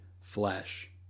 flesh